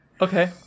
Okay